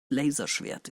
laserschwert